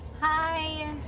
Hi